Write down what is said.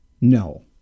No